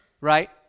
Right